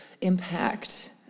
impact